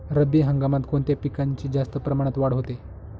रब्बी हंगामात कोणत्या पिकांची जास्त प्रमाणात वाढ होते?